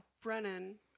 Brennan